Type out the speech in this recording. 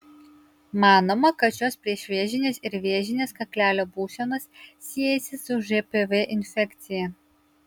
manoma kad šios priešvėžinės ir vėžinės kaklelio būsenos siejasi su žpv infekcija